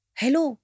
hello